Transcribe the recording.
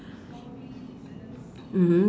mmhmm